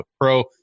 Pro